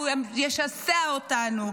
הוא ישסע אותנו.